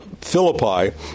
Philippi